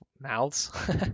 mouths